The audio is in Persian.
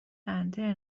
انترن